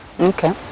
Okay